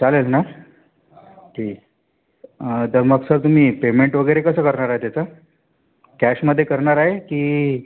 चालेल ना ठीक तर मग सर तुम्ही पेमेंट वगैरे कसं करणार आहे त्याचं कॅशमध्ये करणार आहे की